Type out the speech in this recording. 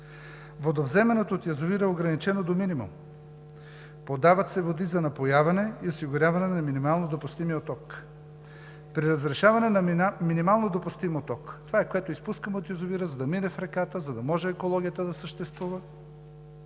Водовземането от язовира е ограничено до минимум, подават се води за напояване и осигуряване на минимално допустимия отток. При разрешаване на минимално допустим отток – това е, което изпускаме от язовира, за да мине в реката, за да може екологията да съществува,